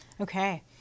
Okay